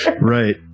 Right